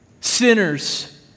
sinners